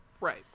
Right